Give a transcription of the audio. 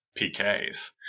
PKs